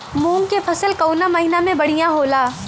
मुँग के फसल कउना महिना में बढ़ियां होला?